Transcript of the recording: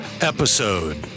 episode